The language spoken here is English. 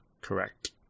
Correct